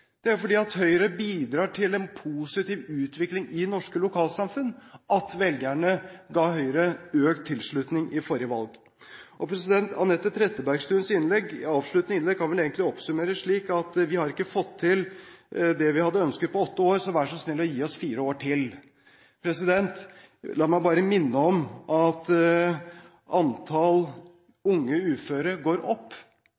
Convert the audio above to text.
Det er fordi Høyre bidrar til en positiv utvikling i norske lokalsamfunn at velgerne ga Høyre økt tilslutning ved forrige valg. Anette Trettebergstuens avsluttende innlegg kan vel egentlig oppsummeres slik: Vi har ikke fått til det vi har ønsket på åtte år, så vær så snill å gi oss fire år til. La meg bare minne om at